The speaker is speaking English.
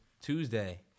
Tuesday